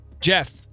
Jeff